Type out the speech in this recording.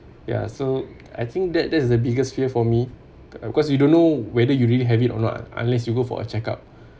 ya so I think that that's the biggest fear for me because you don't know whether you really have it or not unless you go for a check up